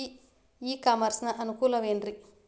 E commerce ನ ಅನುಕೂಲವೇನ್ರೇ?